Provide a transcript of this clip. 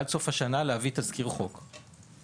להביא עד סוף השנה תזכיר חוק בנושא.